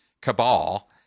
cabal